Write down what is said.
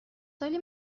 سالی